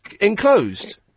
enclosed